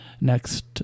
next